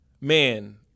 man